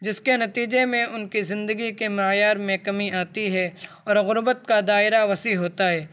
جس کے نتیجے میں ان کی زندگی کے معیار میں کمی آتی ہے اور غربت کا دائرہ وسیع ہوتا ہے